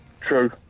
True